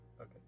Okay